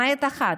למעט אחת: